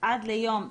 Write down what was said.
עד יום ו'